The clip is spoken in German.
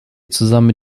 zusammen